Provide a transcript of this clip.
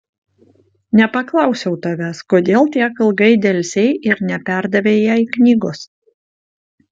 nepaklausiau tavęs kodėl tiek ilgai delsei ir neperdavei jai knygos